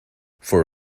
for